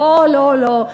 לא, לא, לא.